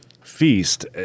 feast